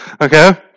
Okay